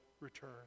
return